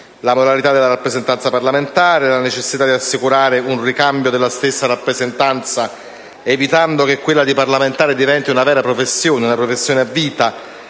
la moralità della rappresentanza parlamentare, la necessità di assicurare un ricambio della stessa rappresentanza, evitando che quella di parlamentare diventi una vera e propria professione (una professione a vita),